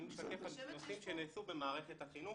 אני משקף נושאים שנעשו במערכת החינוך.